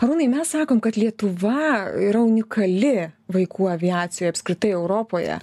arūnai mes sakom kad lietuva yra unikali vaikų aviacijoj apskritai europoje